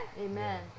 Amen